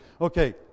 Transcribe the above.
Okay